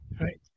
Right